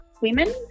women